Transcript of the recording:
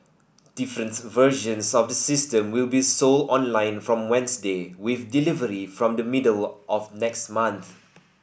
different versions of the system will be sold online from Wednesday with delivery from the middle of next month